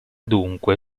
dunque